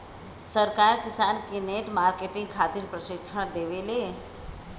सरकार किसान के नेट मार्केटिंग खातिर प्रक्षिक्षण देबेले?